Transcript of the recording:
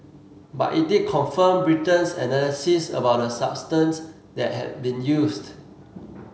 but it did confirm Britain's analysis about the substance that had been used